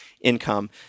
income